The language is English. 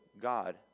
God